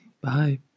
bye